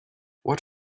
what